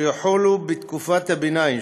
שיחולו בתקופת הביניים,